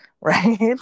right